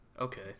Okay